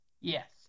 Yes